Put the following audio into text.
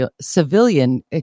civilian